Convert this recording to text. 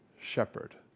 shepherd